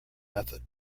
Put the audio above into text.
method